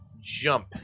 jump